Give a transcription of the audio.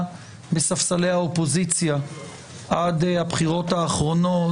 בספסלי האופוזיציה עד הבחירות האחרונות,